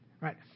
right